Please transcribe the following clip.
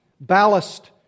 ballast